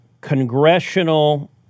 congressional